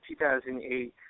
2008